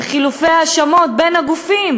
וחילופי האשמות בין הגופים.